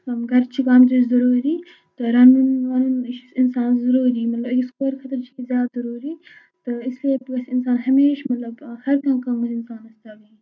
گَرچہِ کامہِ تہِ چھِ ضروٗری تہٕ رَنُن وَنُن یہِ چھُ اِنسان ضروٗری مطلب أکِس کورِ خٲطرٕ چھِ زیادٕ ضروٗری تہٕ اِسلیے گَژھِ اِنسان ہمیشہِ مطلب ہر کانٛہہ کٲم گژھِ اِنسانَس تَگٕنۍ